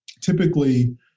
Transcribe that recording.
typically –